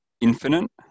infinite